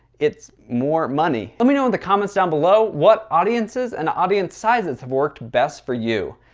it's more money. let me know in the comments down below what audiences and audience sizes have worked best for you.